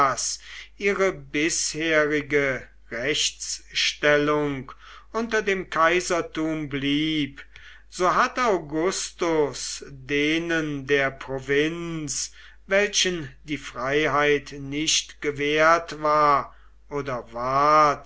ihre bisherige rechtsstellung unter dem kaisertum blieb so hat augustus denen der provinz welchen die freiheit nicht gewährt war oder ward